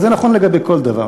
וזה נכון לגבי כל דבר,